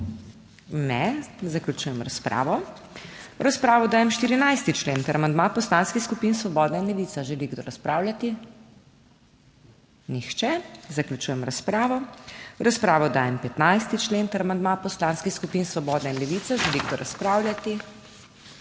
Ne. Zaključujem razpravo. V razpravo dajem 14. člen ter amandma Poslanskih skupin Svobodna levica. Želi kdo razpravljati? Nihče. Zaključujem razpravo. V razpravo dajem 15. člen ter amandma Poslanskih skupin Svobodna, Levica, želi kdo razpravljati?